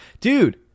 Dude